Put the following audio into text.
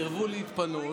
וסירבו להתפנות.